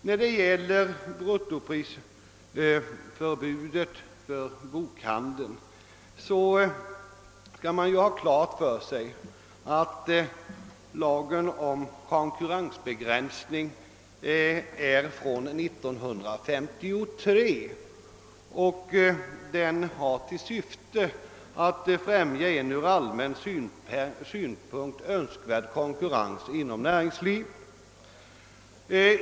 När det gäller bruttoprisförbudet för bokhandeln bör man ha klart för sig att lagen om konkurrensbegränsning kom till 1953 och att den har till syfte att främja en ur allmän synpunkt önskvärd konkurrens inom näringslivet...